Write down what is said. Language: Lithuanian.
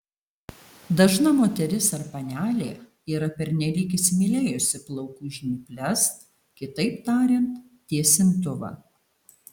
dažna moteris ar panelė yra pernelyg įsimylėjusi plaukų žnyples kitaip tariant tiesintuvą